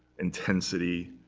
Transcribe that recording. intensity.